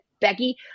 Becky